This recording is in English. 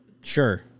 sure